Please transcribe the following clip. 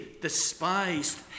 despised